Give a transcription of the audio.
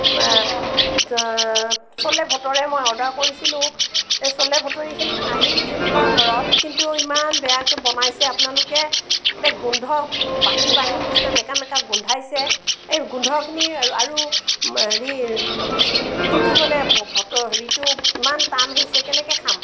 চোলে ভটোৰে মই অৰ্ডাৰ কৰিছিলোঁ চোলে ভটোৰেখিনি আহিল যেনিবা ঘৰত কিন্তু ইমান বেয়াকৈ বনাইছে আপোনালোকে এতিয়া গোন্ধ বাহি বাহি নিচিনা মেকা মেকা গোন্ধাইছে এই গোন্ধখিনি আৰু হেৰিৰ ৰুটিটো মানে হেৰিটো ইমান টান হৈছে কেনেকৈ খাম